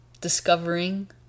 discovering